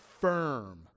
firm